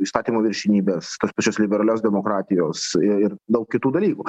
įstatymų viršenybės tos pačios liberalios demokratijos ir daug kitų dalykų